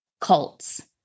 cults